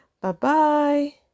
Bye-bye